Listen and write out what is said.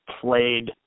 played